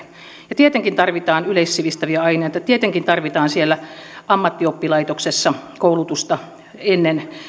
ja tietenkin tarvitaan yleissivistäviä aineita tietenkin tarvitaan siellä ammattioppilaitoksessa koulutusta ennen